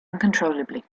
uncontrollably